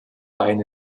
eine